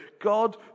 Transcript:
God